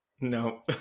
No